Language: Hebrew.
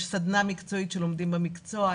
יש סדנה מקצועית בה לומדים מקצוע,